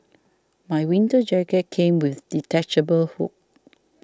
my winter jacket came with detachable hood